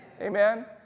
Amen